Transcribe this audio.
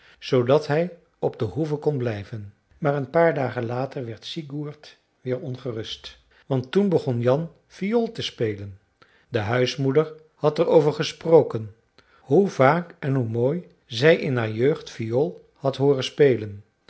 zoodat hij op de hoeve kon blijven maar een paar dagen later werd sigurd weer ongerust want toen begon jan viool te spelen de huismoeder had er over gesproken hoe vaak en hoe mooi zij in haar jeugd viool had hooren spelen